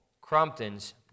Crompton's